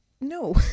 No